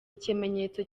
ikimenyetso